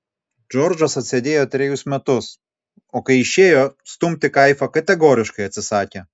džordžas atsėdėjo trejus metus o kai išėjo stumti kaifą kategoriškai atsisakė